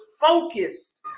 focused